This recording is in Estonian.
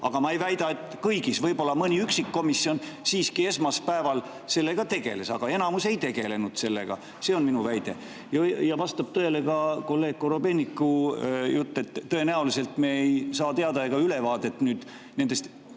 Aga ma ei väida, et kõigis [komisjonides]. Võib-olla mõni üksik komisjon siiski esmaspäeval sellega tegeles, aga enamik ei tegelenud. See on minu väide. Ja vastab tõele ka kolleeg Korobeiniku jutt, et tõenäoliselt me ei saa teada ega ülevaadet nendest